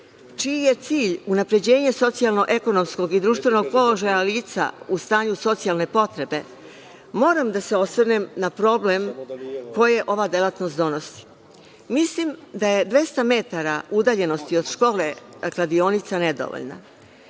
čiji je cilj unapređenje socijalno-ekonomskog i društvenog položaja lica u stanju socijalne potrebe, moram da se osvrnem na problem koji ovaj delatnost donosi. Mislim da je 200 metara udaljenosti od škole kladionica nedovoljna.